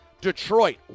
Detroit